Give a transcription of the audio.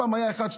פעם היה 1221,